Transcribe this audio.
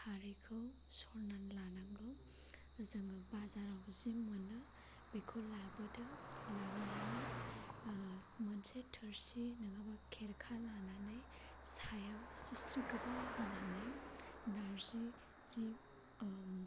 खारैखौ सरनानै लानांगौ जोङो बाजाराव जि मोनो बेखौ लाबोदो लाबोनानै मोनसे थोरसि नङाबा खेरखा लानानै सायाव सि स्रि गोबा होनानै नारजि जि